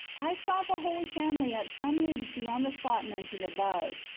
i saw the holy family at some leagues beyond the spot mentioned above,